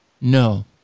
No